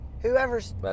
whoever's